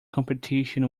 competition